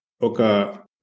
Oka